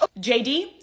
JD